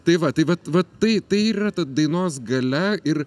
tai va tai vat va tai tai ir yra ta dainos galia ir